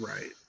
Right